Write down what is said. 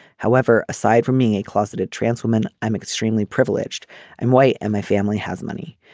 however aside from being a closeted trans woman i'm extremely privileged and white and my family has money.